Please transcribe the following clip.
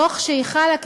תוך שהיא חלה,